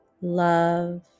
love